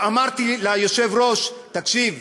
בסוף אמרתי ליושב-ראש: תקשיב,